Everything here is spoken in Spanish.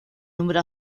número